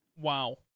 Wow